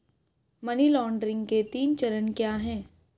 Money laundering के तीन चरण क्या हैं?